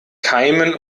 keimen